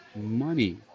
Money